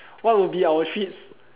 what would be our treats